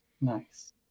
Nice